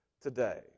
today